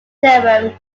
theorem